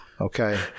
Okay